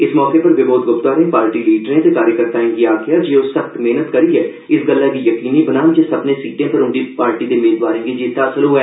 इस मौके उप्पर विबोध ग्प्ता होरें पार्टी लीडरें ते कार्यकर्ताएं गी आखेआ जे ओह सख्त मेहनत करियै इस गल्लै गी यकीनी बनान जे सब्भर्ने सीटें पर उंदी पार्टी दे मेदवारें गी जित हासल होऐ